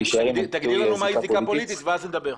תגדיר לנו מהי זיקה פוליטית ואז נדבר.